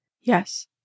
Yes